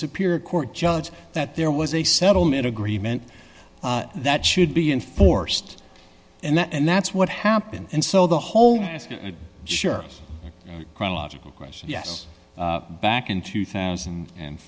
superior court judge that there was a settlement agreement that should be enforced and that's what happened and so the whole sure chronological question yes back in two thousand and